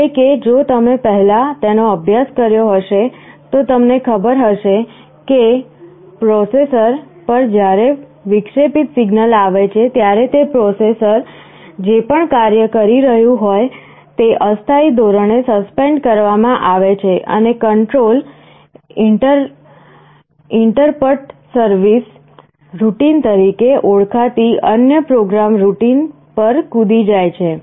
એટલે કે જો તમે પહેલા તેનો અભ્યાસ કર્યો હશે તો તમને ખબર હશે કે પ્રોસેસર પર જ્યારે વિક્ષેપિત સિગ્નલ આવે છે ત્યારે પ્રોસેસર જે પણ કાર્ય કરી રહ્યું હોય તે અસ્થાયી ધોરણે સસ્પેન્ડ કરવામાં આવે છે અને કંટ્રોલ ઇન્ટરપટ સર્વિસ રૂટિન તરીકે ઓળખાતી અન્ય પ્રોગ્રામ રૂટિન પર કૂદી જાય છે